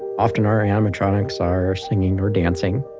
often, our animatronics are singing or dancing,